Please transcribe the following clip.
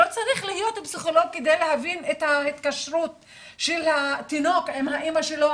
לא צריך להיות פסיכולוג כדי להבין את ההתקשרות של התינוק עם האימא שלו,